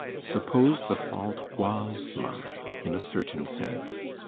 suppose the fault was mine in a certain sense.